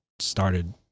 started